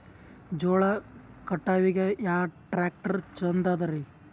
ಜೋಳ ಕಟಾವಿಗಿ ಯಾ ಟ್ಯ್ರಾಕ್ಟರ ಛಂದದರಿ?